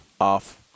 off